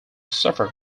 suffered